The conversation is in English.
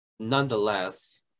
Nonetheless